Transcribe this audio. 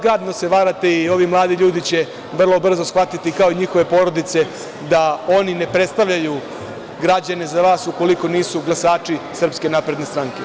Gadno se varate i ovi mladi ljudi će vrlo brzo shvatiti, kao i njihove porodice, da oni ne predstavljaju građane za vas ukoliko nisu glasači SNS.